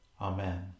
Amen